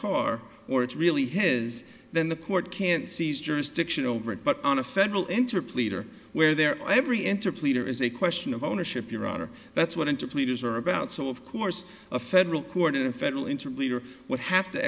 car or it's really his then the court can seize jurisdiction over it but on a federal interplay her where there every enter pleader is a question of ownership your honor that's what into pleaders are about so of course a federal court in a federal interim leader would have to